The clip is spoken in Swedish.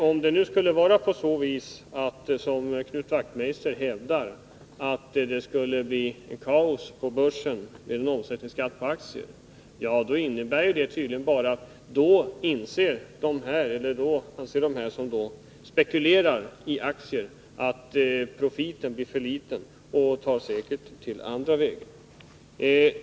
Om det nu, som Knut Wachtmeister hävdar, skulle bli kaos på börsen med en omsättningsskatt på aktier, innebär det tydligen bara att de som spekulerar i aktier anser att profiten blir för liten och tar till andra vägar.